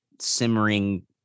simmering